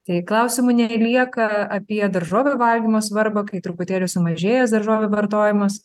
tai klausimų nelieka apie daržovių valgymo svarbą kai truputėlį sumažėjęs daržovių vartojimas